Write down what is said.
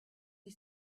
des